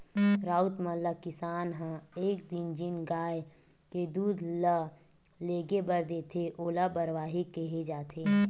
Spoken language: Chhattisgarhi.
राउत मन ल किसान ह एक दिन जेन गाय के दूद ल लेगे बर देथे ओला बरवाही केहे जाथे